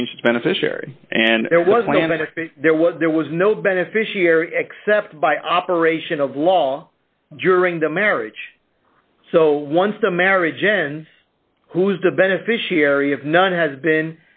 changed beneficiary and it wasn't an addict there was no beneficiary except by operation of law during the marriage so once the marriage in who is the beneficiary of none has been